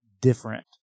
different